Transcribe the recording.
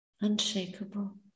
unshakable